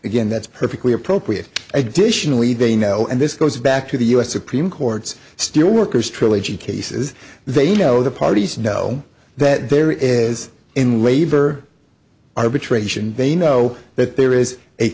again that's perfectly appropriate additionally they know and this goes back to the u s supreme court's steelworkers trilogy cases they know the parties know that there is in labor arbitration they know that there is a